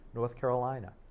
north carolina.